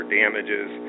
damages